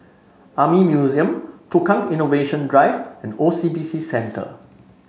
Army Museum Tukang Innovation Drive and O C B C Centre